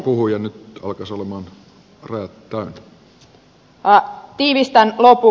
arvoisa puhuja nyt alkaisivat olla rajat täynnä